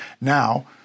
Now